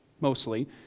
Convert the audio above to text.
mostly